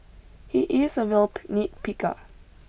he is a real nitpicker